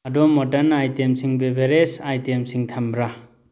ꯑꯗꯣꯝ ꯃꯣꯗꯟ ꯑꯥꯏꯇꯦꯝꯁꯤꯡ ꯕꯦꯕꯔꯦꯁ ꯑꯥꯏꯇꯦꯝꯁꯤꯡ ꯊꯝꯕ꯭ꯔꯥ